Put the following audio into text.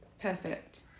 Perfect